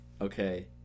okay